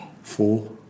four